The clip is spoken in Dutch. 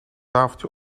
tafeltje